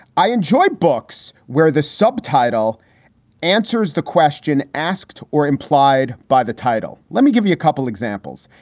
i enjoy books where the subtitle answers the question asked or implied by the title. let me give you a couple examples.